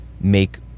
make